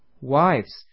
wives